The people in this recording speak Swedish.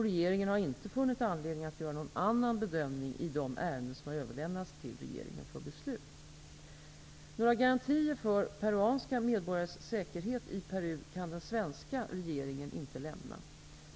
Regeringen har inte funnit anledning att göra någon annan bedömning i de ärenden som har överlämnats till regeringen för beslut. Några garantier för peruanska medborgares säkerhet i Peru kan den svenska regeringen inte lämna.